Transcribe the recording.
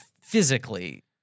physically